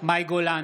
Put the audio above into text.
מאי גולן,